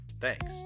Thanks